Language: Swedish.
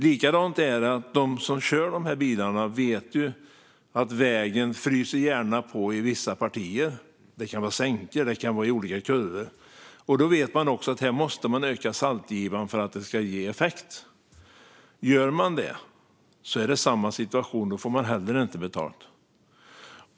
På samma sätt är det så att de som kör de här bilarna vet att vägen gärna fryser på i vissa partier. Det kan vara sänkor, det kan vara jordiga kurvor. Då vet man också att här måste man öka saltgivan för att det ska ge effekt. Gör man det uppstår samma situation; då får man inte heller betalt.